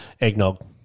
Eggnog